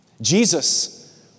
Jesus